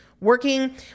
working